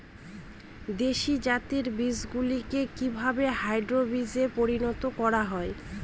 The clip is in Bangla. দেশি জাতের বীজগুলিকে কিভাবে হাইব্রিড বীজে পরিণত করা হয়?